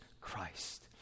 Christ